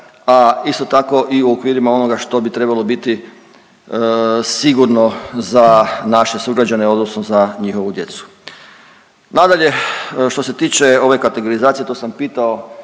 a isto tako i u okvirima onoga što bi trebalo biti sigurno za naše sugrađane odnosno za njihovu djecu. Nadalje, što se tiče ove kategorizacije to sam pitao